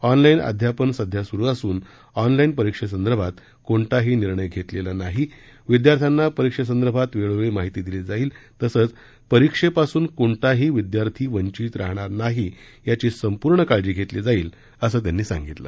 online अध्यापन सध्या सुरू असून ऑनलाईन परीक्षासंदर्भात कोणताही निर्णय घेण्यात आलेला नाही विद्यार्थ्यांना परीक्षेसंदर्भात वेळोवेळी माहिती दिली जाईल तसंच परीक्षेपासून कोणताही विद्यार्थी वंचित राहणार नाही याची संपूर्ण काळजी घेतली जाईल असं त्यांनी सांगितलं